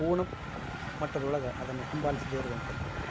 ಪೂರ್ಣ ಮಟ್ಟದೊಳಗೆ ಅದನ್ನ ಹಿಂಬಾಲಿಸದೇ ಇರುವಂಥದ್ದು ಅಂತ